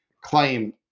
claim